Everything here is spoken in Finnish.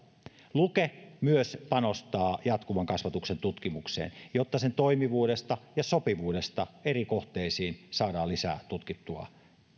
luke myös panostaa jatkuvan kasvatuksen tutkimukseen jotta sen toimivuudesta ja sopivuudesta eri kohteisiin saadaan lisää tutkittua